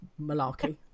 malarkey